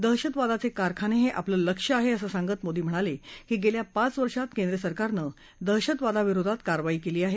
दहशतवादाचे कारखाने हे आपलं लक्ष्य आहे असं सांगत मोदी म्हणाले की गेल्या पाच वर्षात केंद्रसरकारनं दहशतवादाविरोधात कारवाई केली आहे